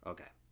Okay